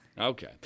Okay